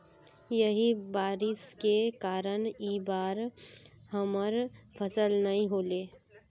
यही बारिश के कारण इ बार हमर फसल नय होले?